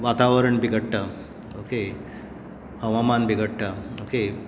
वातावरण बिगडटा ओके हवामान बिगडटा ओके